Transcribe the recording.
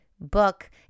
book